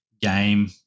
game